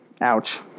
Ouch